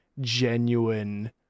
genuine